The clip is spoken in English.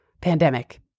pandemic